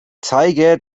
zeiger